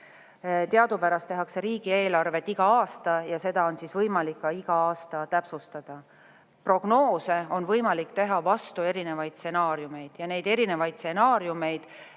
Teadupärast tehakse riigieelarvet iga aasta ja seda on võimalik ka iga aasta täpsustada. Prognoose on võimalik teha vastavalt erinevatele stsenaariumidele ja neid erinevaid stsenaariumeid